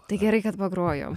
tai gerai kad pagrojom